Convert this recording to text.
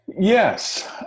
Yes